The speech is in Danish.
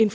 Det